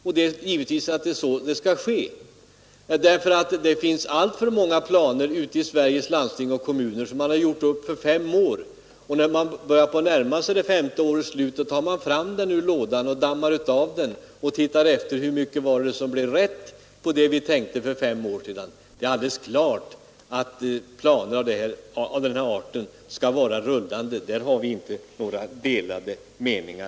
Det är givetvis så det skall ske. Ute i landsting och kommuner finns det alltför många planer som man har gjort upp för fem år. När man börjar närma sig det femte årets slut, tar man fram planen ur lådan, dammar av den och tittar efter hur mycket det var som blev rätt av det man tänkte för fem år sedan. Det är alldeles klart att planer av den här arten skall vara rullande — i det avseendet har vi inte alls några delade meningar.